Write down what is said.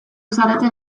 zareten